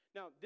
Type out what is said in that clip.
Now